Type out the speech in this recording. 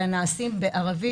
אלא נעשים בערבית,